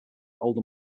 older